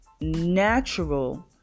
natural